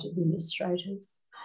administrators